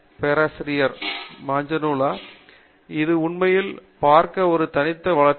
பேராசிரியர் மகேஷ் வி பாஞ்ச்னுலா இது உண்மையில் பார்க்க ஒரு தனித்த வளர்ச்சி